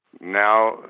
Now